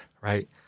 right